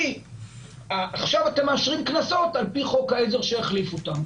כי עכשיו אתם מאשרים קנסות על פי חוק העזר שיחליף אותם.